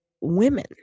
women